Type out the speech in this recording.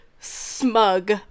smug